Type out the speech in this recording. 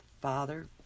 father